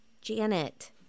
Janet